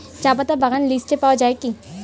চাপাতা বাগান লিস্টে পাওয়া যায় কি?